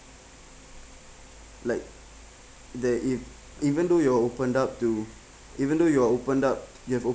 like they if even though you're opened up to even though you're opened up you have op~